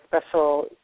special